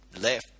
left